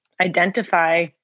identify